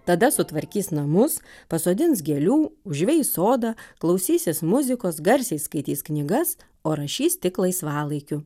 tada sutvarkys namus pasodins gėlių užveis sodą klausysis muzikos garsiai skaitys knygas o rašys tik laisvalaikiu